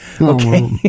Okay